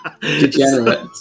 degenerate